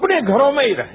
अपने घरों में ही रहें